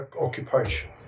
occupation